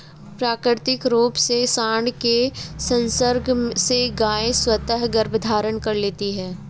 प्राकृतिक रूप से साँड के संसर्ग से गायें स्वतः गर्भधारण कर लेती हैं